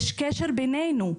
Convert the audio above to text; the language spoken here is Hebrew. יש קשר בינינו,